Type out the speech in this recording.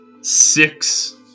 six